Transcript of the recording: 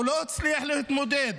הוא לא הצליח להתמודד